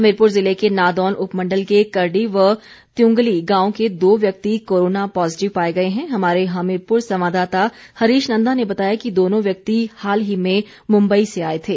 हमीरपुर जिले के नादौन उपमंडल के करडी व त्यूंगली गांव के दो व्यक्ति कोरोना पॉजिटिव पाए गए हैं हमारे हमीरपुर संवाददाता हरीश नंदा ने बताया कि दोनों व्यक्ति हाल ही में मुम्बई से आए थे